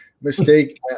mistake